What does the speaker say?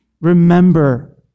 remember